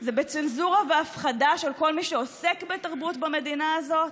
זה בצנזורה והפחדה של כל מי שעוסק בתרבות במדינה הזאת?